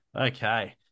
Okay